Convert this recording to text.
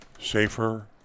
Safer